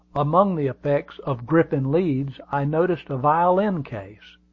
among the effects of griffin leeds i noticed a violin-case.